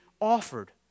offered